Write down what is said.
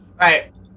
Right